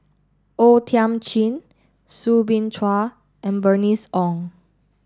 O Thiam Chin Soo Bin Chua and Bernice Ong